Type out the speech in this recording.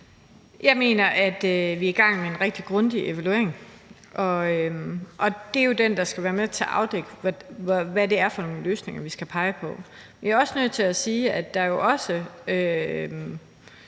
Jeg mener, at vi er i gang med en rigtig grundig evaluering, og det er jo den, der skal være med til at afdække, hvilke løsninger vi skal pege på. Jeg er også nødt til at sige, at der jo også